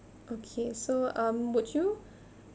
okay so um would you